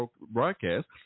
broadcast